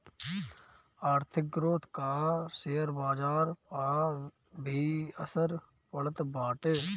आर्थिक ग्रोथ कअ शेयर बाजार पअ भी असर पड़त बाटे